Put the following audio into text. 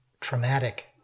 traumatic